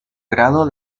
grado